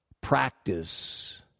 practice